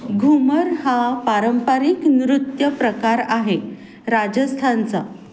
घुमर हा पारंपरिक नृत्य प्रकार आहे राजस्थानचा